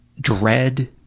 dread